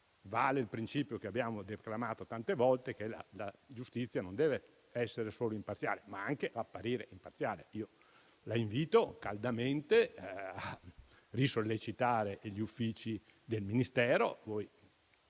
Vale il principio che abbiamo declamato tante volte: la giustizia non solo deve essere imparziale, ma deve anche apparire imparziale. La invito caldamente a risollecitare gli uffici del Ministero.